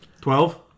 Twelve